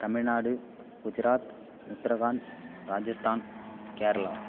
Tamil Nadu Gujarat Uttarakhand Rajasthan Kerala